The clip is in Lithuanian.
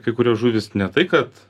kai kurios žuvys ne tai kad